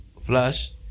flash